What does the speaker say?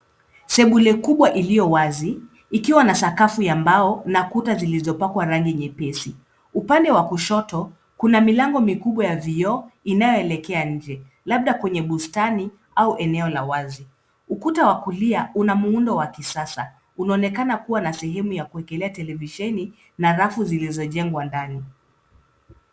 Sebule kubwa ilio wazi, ikiwa na sakafu ya mbao na kuta zilizopakwa rangi nyepesi. Upande wa kushoto, kuna milango mikubwa ya vioo inayoelekea nje, labda kwenye bustani au eneo la wazi. Ukuta wa kulia, una muundo wa kisasa. Unaonekana kuwa na sehemu ya kuwekea televisheni na rafu zilizojengwa ndani.